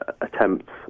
Attempts